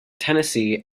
tennessee